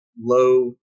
low